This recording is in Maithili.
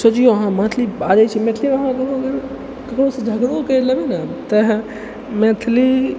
सोचियो अहाँ मैथिली बाजै छी मैथिलीमे अहाँके ककरो अगर ककरोसँ अगर झगड़ो करि लेबै ने तऽ मैथिली